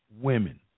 women